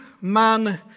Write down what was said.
man